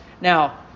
Now